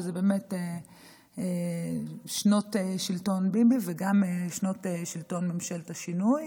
שזה באמת שנות שלטון ביבי וגם שנות שלטון ממשלת השינוי,